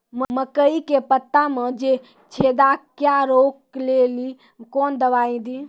मकई के पता मे जे छेदा क्या रोक ले ली कौन दवाई दी?